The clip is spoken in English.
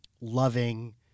loving